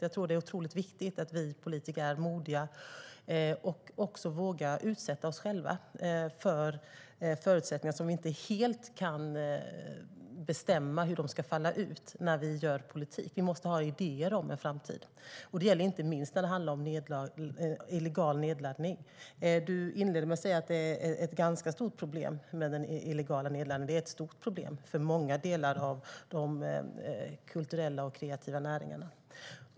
Jag tror att det är otroligt viktigt att vi politiker är modiga och även vågar utsätta oss själva för förutsättningar som vi inte helt kan bestämma hur de ska falla ut när vi gör politik. Vi måste ha idéer om en framtid. Det gäller inte minst när det handlar om illegal nedladdning. Du inledde med att säga att den illegala nedladdningen är ett ganska stort problem. Den är ett stort problem för många delar av de kulturella och kreativa näringarna.